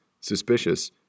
suspicious